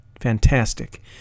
fantastic